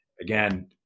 Again